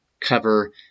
cover